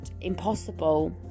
impossible